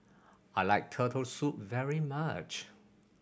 I like Turtle Soup very much